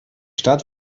stadt